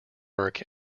work